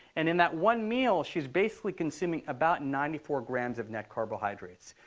and in that one meal, she's basically consuming about ninety four grams of net carbohydrates,